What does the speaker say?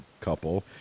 couple